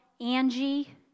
Angie